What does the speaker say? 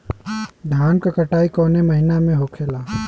धान क कटाई कवने महीना में होखेला?